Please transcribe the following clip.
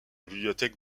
bibliothèque